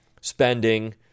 Spending